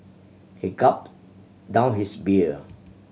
he gulped down his beer